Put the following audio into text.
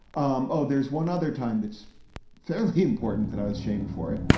um oh, there's one other time that's fairly important that i was shamed for it.